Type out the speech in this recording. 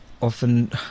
often